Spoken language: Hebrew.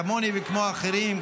כמוני וכמו אחרים,